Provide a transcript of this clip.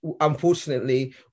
unfortunately